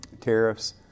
tariffs